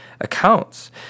accounts